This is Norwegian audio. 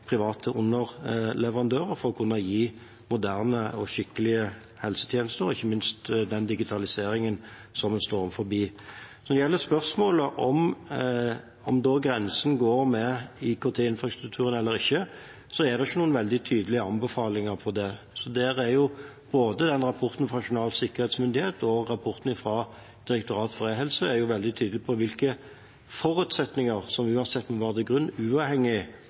private underleverandører for å kunne gi moderne og skikkelige helsetjenester, ikke minst den digitaliseringen som vi står overfor. Når det gjelder spørsmålet om grensen går ved IKT-infrastrukturen eller ikke, er det ikke noen veldig tydelige anbefalinger om det. Både rapporten fra Nasjonal sikkerhetsmyndighet og rapporten fra Direktoratet for e-helse er veldig tydelige på hvilke forutsetninger som uansett må ligge til grunn, uavhengig